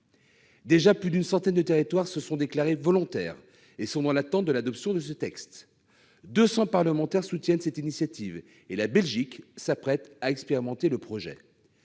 Plus d'une centaine de territoires se sont déjà déclarés volontaires et sont dans l'attente de l'adoption de ce texte. Par ailleurs, 200 parlementaires soutiennent cette initiative et la Belgique s'apprête à expérimenter le projet.